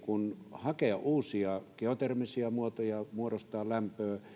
hakea uusia geotermisiä muotoja muodostaa lämpöä